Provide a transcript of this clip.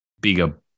bigger